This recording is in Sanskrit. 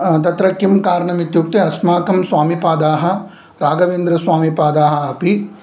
तत्र किं कारणमित्युक्ते अस्माकं स्वामिपादाः रागवेन्द्रस्वामिपादाः अपि